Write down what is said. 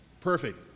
Perfect